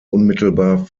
unmittelbar